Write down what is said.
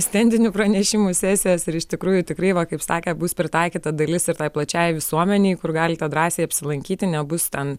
stendinių pranešimų sesijos ir iš tikrųjų tikrai va kaip sakė bus pritaikyta dalis ir tai plačiajai visuomenei kur galite drąsiai apsilankyti nebus ten